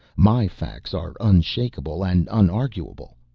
my facts are unshakeable and unarguable.